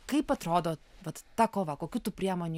kaip atrodo vat ta kova kokių priemonių